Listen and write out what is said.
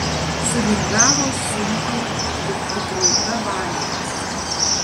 sulingavo sunkiai lyg prikrauta valtis